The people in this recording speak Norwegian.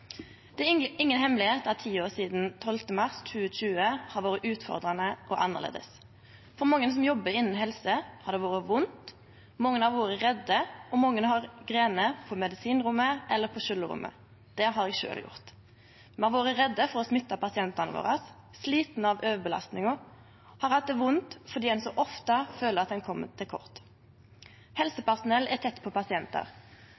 Det er inga hemmelegheit at tida sidan 12. mars 2020 har vore utfordrande og annleis. For mange som jobbar innanfor helse, har det vore vondt, mange har vore redde, og mange har grine på medisinrommet eller på skyljerommet. Det har eg sjølv gjort. Me har vore redde for å smitte pasientane våre, vore slitne av overbelastningar og hatt det vondt fordi ein så ofte føler at ein kjem til kort.